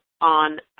on